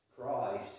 Christ